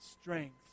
strength